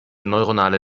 neuronale